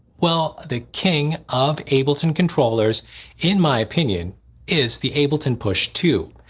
well the king of ableton controllers in my opinion is the ableton push two.